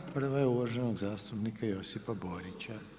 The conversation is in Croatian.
Prva je uvaženog zastupnika Josipa Borića.